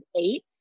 eight